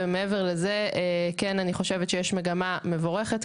ומעבר לזה כן אני חושבת שיש מגמה מבורכת,